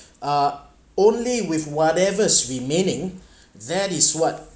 uh only with whatever's remaining that is what